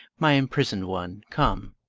my imprisoned one, come.